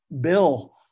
bill